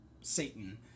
Satan